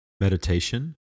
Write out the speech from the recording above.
Meditation